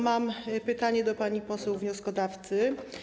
Mam pytanie do pani poseł wnioskodawcy.